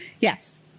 yes